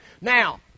Now